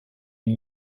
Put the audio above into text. une